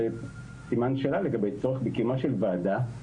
שיש סימן שאלה לגבי הצורך בקיומה של הוועדה.